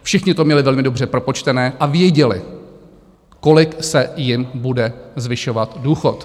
Všichni to měli velmi dobře propočtené a věděli, kolik se jim bude zvyšovat důchod.